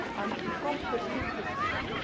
um ah computational physics